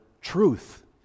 truth